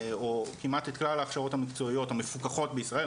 או כמעט את כלל ההכשרות המקצועיות המפוקחות בישראל.